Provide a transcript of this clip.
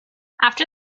after